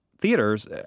theaters